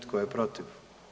Tko je protiv?